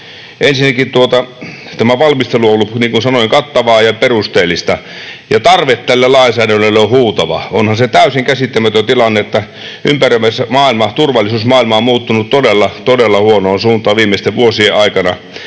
Ensinnäkin tämä valmistelu on ollut, niin kuin sanoin, kattavaa ja perusteellista. Tarve tälle lainsäädännölle on huutava. Onhan se täysin käsittämätön tilanne, että ympäröivä turvallisuusmaailma on muuttunut todella todella huonoon suuntaan viimeisten vuosien aikana,